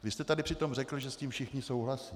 Vy jste tady přitom řekl, že s tím všichni souhlasí.